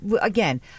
again